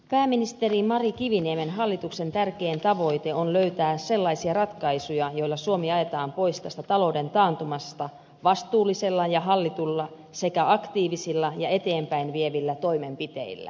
pääministeri mari kiviniemen hallituksen tärkein tavoite on löytää sellaisia ratkaisuja joilla suomi ajetaan pois tästä talouden taantumasta vastuullisella ja hallitulla sekä aktiivisilla ja eteenpäinvievillä toimenpiteillä